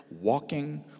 walking